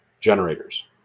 generators